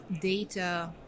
data